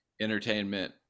entertainment